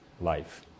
life